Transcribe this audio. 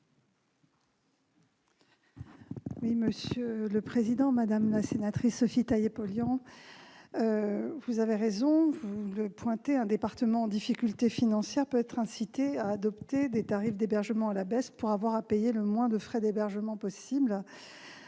est à Mme la ministre. Madame la sénatrice Sophie Taillé-Polian, vous avez raison de pointer qu'un département en difficulté financière peut être incité à adopter des tarifs d'hébergement à la baisse pour avoir à payer le moins de frais d'hébergement possible